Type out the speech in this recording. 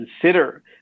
consider